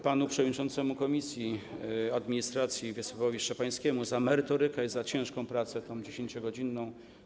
Panu przewodniczącemu komisji administracji Wiesławowi Szczepańskiemu - za merytorykę i za ciężką pracę, 10-godzinną.